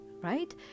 right